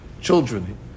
children